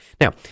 Now